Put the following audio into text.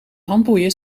handboeien